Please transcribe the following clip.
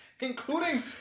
including